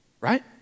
Right